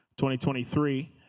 2023